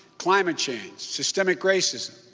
climate change, systemic racism.